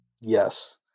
Yes